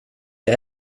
jag